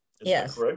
Yes